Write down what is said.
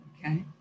okay